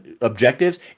objectives